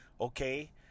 Okay